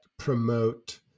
promote